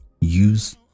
use